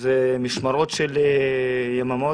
שזה משמרות של יממות,